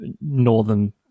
northern